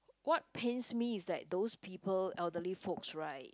what pains me is that those people elderly folks right